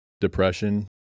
depression